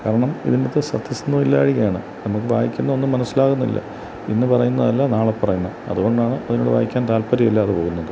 കാരണം ഇതിന്റകത്തെ സത്യസന്ധതയില്ലായ്കയാണ് നമുക്ക് വായിക്കുന്നത് ഒന്നും മനസിലാകുന്നില്ല ഇന്നു പറയുന്നതല്ല നാളെ പറയുന്നത് അതുകൊണ്ടാണ് ഇതൊന്നും വായിക്കാൻ താല്പര്യമില്ലാതെ പോകുന്നത്